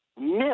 miss